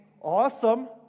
awesome